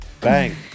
Bang